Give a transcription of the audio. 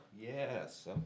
Yes